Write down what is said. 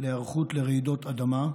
להיערכות לרעידות אדמה,